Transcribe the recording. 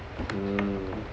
mm